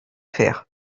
faire